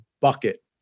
bucket